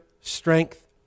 strength